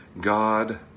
God